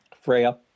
Freya